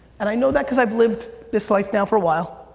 and i know that cause i've lived this life now for a while.